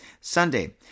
sunday